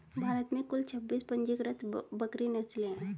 भारत में कुल छब्बीस पंजीकृत बकरी नस्लें हैं